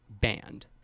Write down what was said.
banned